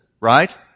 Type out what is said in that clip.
right